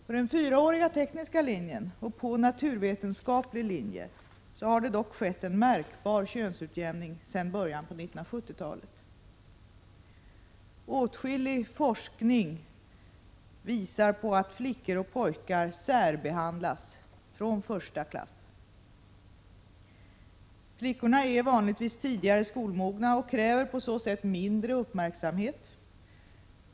På den fyraåriga tekniska linjen och på naturvetenskapliga linjen har dock skett en märkbar könsutjämning sedan början av 1970-talet. Åtskillig forskning visar på att flickor och pojkar särbehandlas från första klass. Flickorna är vanligtvis tidigare skolmogna och kräver på så sätt mindre uppmärksamhet.